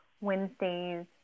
Wednesdays